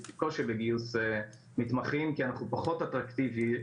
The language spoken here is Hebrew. בגיוס מתמחים כי הקופות האלה פחות אטרקטיביות.